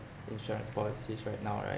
insurance policies right now right